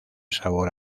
sabor